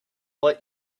let